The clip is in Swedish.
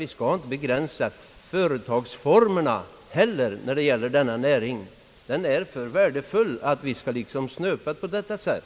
Vi skall inte heller begränsa företagsformen för denna näring. Den är för värdefull för att den skall snöpas på detta sätt.